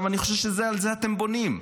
אני חושב שעל זה אתם בונים,